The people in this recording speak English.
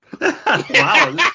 Wow